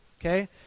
okay